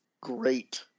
Great